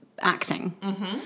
acting